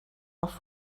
off